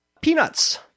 Peanuts